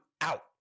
out